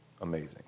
amazing